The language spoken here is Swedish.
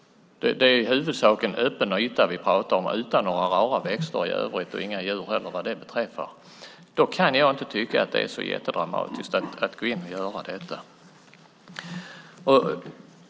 Det är i huvudsak en öppen yta vi pratar om, utan några rara växter i övrigt och utan några djur heller. Då kan jag inte tycka att det är så dramatiskt att göra detta.